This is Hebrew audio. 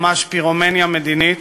ממש פירומניה מדינית,